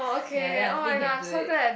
ya then I don't think you can do it